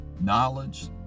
knowledge